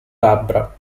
labbra